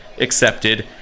accepted